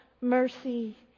mercy